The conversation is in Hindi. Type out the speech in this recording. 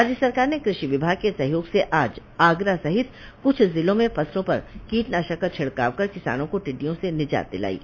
राज्य सरकार ने कृषि विभाग के सहयोग से आज आगरा सहित कुछ जिलों में फसलों पर कीटनाशक का छिड़काव कर किसानों को टिड़डियों से निजात दिलायी